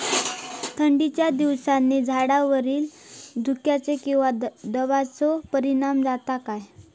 थंडीच्या दिवसानी झाडावरती धुक्याचे किंवा दवाचो परिणाम जाता काय?